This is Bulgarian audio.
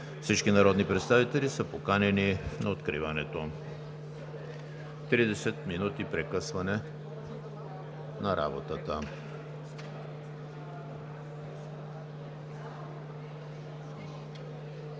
Всички народни представители са поканени на откриването. Тридесет минути прекъсване на работата.